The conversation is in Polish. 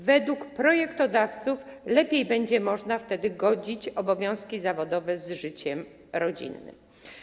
Według projektodawców lepiej będzie można wtedy godzić obowiązki zawodowe z życiem rodzinnym.